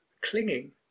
clinging